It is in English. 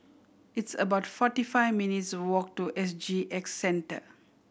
it's about forty five minutes' walk to S G X Center